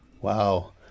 Wow